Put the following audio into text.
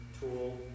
tool